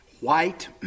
white